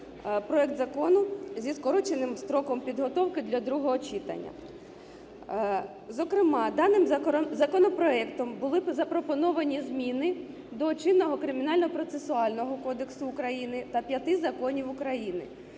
проект закону зі скороченим строком підготовки для другого читання. Зокрема, даним законопроектом були запропоновані зміни до чинного Кримінально-процесуального кодексу України та п'яти законів України: